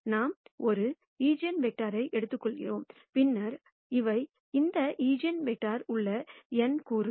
நாம் ஒரு ஈஜென்வெக்டரை எடுத்துக்கொள்கிறோம் பின்னர் இவை அந்த ஈஜென்வெக்டரில் உள்ள n கூறுகள்